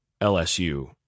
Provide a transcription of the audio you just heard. lsu